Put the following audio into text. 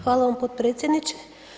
Hvala vam potpredsjedniče.